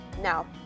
now